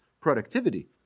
productivity